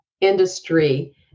industry